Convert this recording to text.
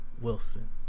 Wilson